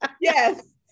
Yes